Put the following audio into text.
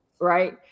right